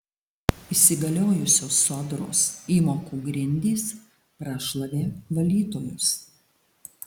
įsigaliojusios sodros įmokų grindys prašlavė valytojus